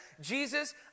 Jesus